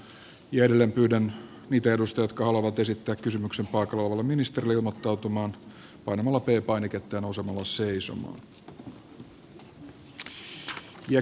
edelleen pyydän niitä edustajia jotka haluavat esittää kysymyksen paikalla olevalle ministerille ilmoittautumaan painamalla p painiketta ja nousemalla seisomaan